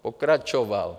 Pokračoval.